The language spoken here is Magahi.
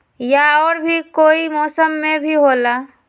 या और भी कोई मौसम मे भी होला?